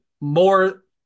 more